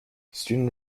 student